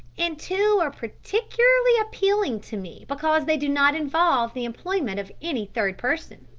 and two are particularly appealing to me because they do not involve the employment of any third person.